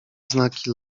znaki